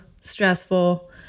stressful